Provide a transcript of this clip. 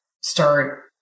start